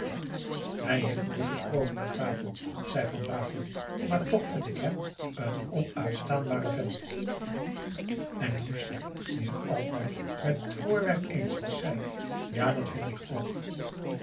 hij heeft mooi gesproken aan tafel zei van brakel maar toch vind ik hem een onuitstaanbaren vent en lucie die het altijd met het voorwerp eens was zei ja dat vind ik ook